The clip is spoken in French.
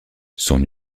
son